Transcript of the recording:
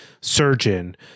surgeon